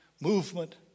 movement